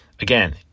again